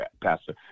pastor